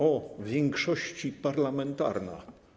O, Większości Parlamentarna!